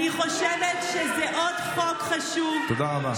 אני חושבת שזה עוד חוק חשוב, תודה רבה.